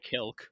kilk